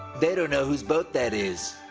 they don't know whose boat that is.